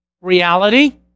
reality